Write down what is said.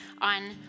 on